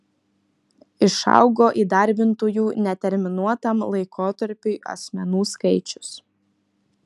išaugo įdarbintųjų neterminuotam laikotarpiui asmenų skaičius